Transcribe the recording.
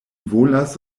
volas